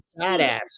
badass